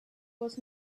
was